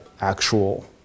actual